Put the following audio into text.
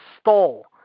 stole